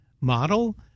model